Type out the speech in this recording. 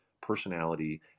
personality